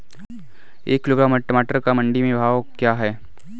एक किलोग्राम टमाटर का मंडी में भाव क्या है?